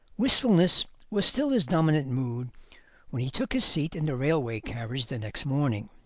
wistfulness was still his dominant mood when he took his seat in the railway carriage the next morning.